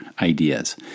ideas